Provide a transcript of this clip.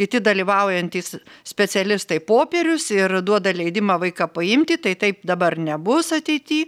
kiti dalyvaujantys specialistai popierius ir duoda leidimą vaiką paimti tai taip dabar nebus ateity